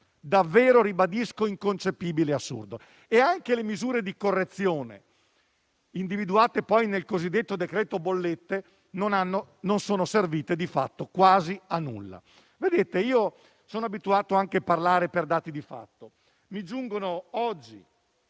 davvero inconcepibile e assurdo. Anche le misure di correzione, individuate poi nel cosiddetto decreto bollette, non sono servite di fatto quasi a nulla. Sono abituato a parlare anche per dati di fatto. Mi giungono, in